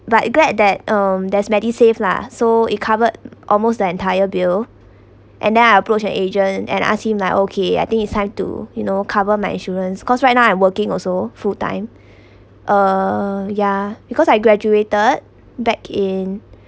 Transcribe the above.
but it glad that um there's medisave lah so it covered almost the entire bill and then I approach an agent and ask him like okay I think it's time to you know cover my insurance cause right now I'm working also full time uh yah because I graduated back in